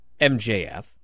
MJF